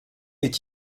est